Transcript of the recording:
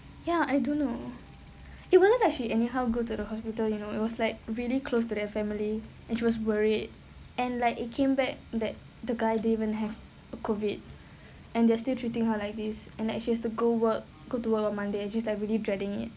ya I don't know it wasn't like she anyhow go to the hospital you know it was like really close to their family and she was worried and like it came back that the guy didn't even have the COVID and they're still treating her like this and like she has to go work go to work on monday and she's like really dreading it